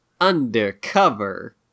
undercover